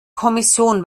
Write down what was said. kommission